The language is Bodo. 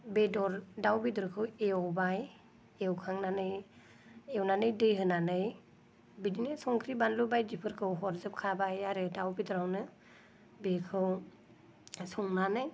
बेदर दाउ बेदरखौ एवबाय एवखांनानै एवनानै दै होनानै बिदिनो संख्रि बान्लु बायदिफोरखौ हरजोबखाबाय आरो दाउ बेदरावनो बेखौ संनानै